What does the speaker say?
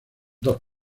dos